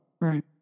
Right